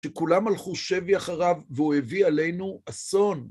שכולם הלכו שבי אחריו, והוא הביא עלינו אסון.